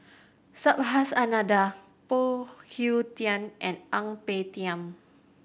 Subhas Anandan Phoon Yew Tien and Ang Peng Tiam